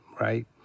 right